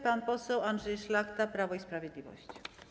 Pan poseł Andrzej Szlachta, Prawo i Sprawiedliwość.